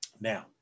Now